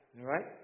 right